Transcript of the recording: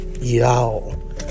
y'all